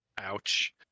Ouch